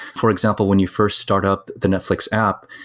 for example, when you first start up the netflix app,